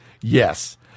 Yes